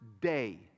day